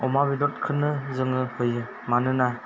अमा बेदरखौनो जोङो होयो मानोना